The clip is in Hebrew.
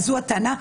זאת הטענה.